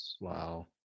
Wow